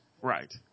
Right